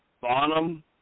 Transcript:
Bonham